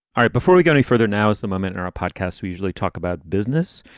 ah before we go any further, now is the moment or a podcast we usually talk about business.